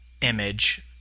image